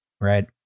right